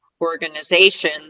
organization